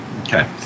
Okay